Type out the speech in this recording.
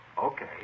Okay